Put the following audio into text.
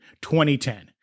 2010